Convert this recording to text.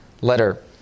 letter